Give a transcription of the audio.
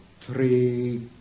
three